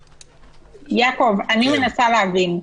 יעקב, אני מנסה להבין,